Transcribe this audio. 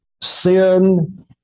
Sin